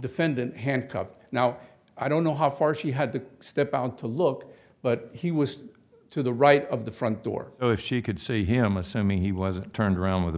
defendant handcuffed now i don't know how far she had to step out to look but he was to the right of the front door oh if she could see him assuming he wasn't turned around with